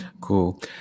Cool